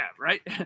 right